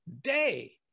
day